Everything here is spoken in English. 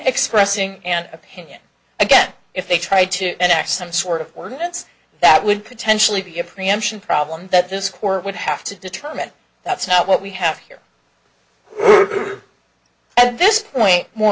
expressing an opinion again if they tried to enact some sort of words that would potentially be a preemption problem that this court would have to determine that's not what we have here at this point more